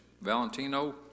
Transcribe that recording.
Valentino